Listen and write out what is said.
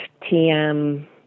TM